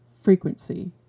frequency